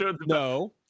No